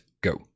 Go